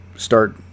start